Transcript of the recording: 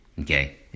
Okay